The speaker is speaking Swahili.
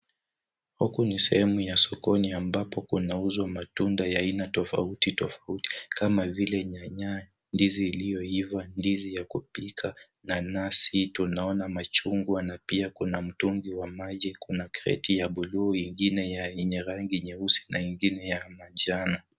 Huku ni sehemu ya sokoni ambapo kunauzwa matunda ya aina tofauti tofauti kama vile nyanya, ndizi ilioiva, ndizi ya kupika, nanasi, tunaona machungwa na pia kuna mtungi wa maji, kuna kreti ya buluu, ingine yenye rangi nyeusi na ingine ya manjano.